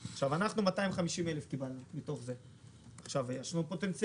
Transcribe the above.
אנחנו קיבלנו מתוך זה 250,000. יש פה פוטנציאל.